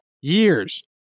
years